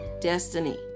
destiny